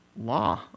law